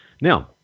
Now